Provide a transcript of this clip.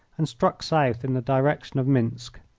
and struck south in the direction of minsk.